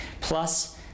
Plus